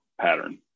pattern